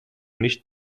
nicht